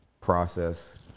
Process